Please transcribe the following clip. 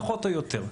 פחות או יותר.